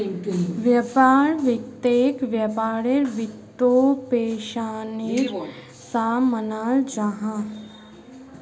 व्यापार वित्तोक व्यापारेर वित्त्पोशानेर सा मानाल जाहा